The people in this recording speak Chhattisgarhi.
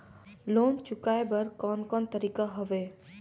लोन चुकाए बर कोन कोन तरीका हवे?